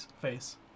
face